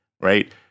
right